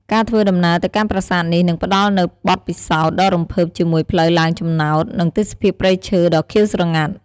ការធ្វើដំណើរទៅកាន់ប្រាសាទនេះ នឹងផ្ដល់នូវបទពិសោធន៍ដ៏រំភើបជាមួយផ្លូវឡើងចំណោត និងទេសភាពព្រៃឈើដ៏ខៀវស្រងាត់។